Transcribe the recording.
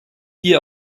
hier